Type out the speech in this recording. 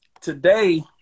Today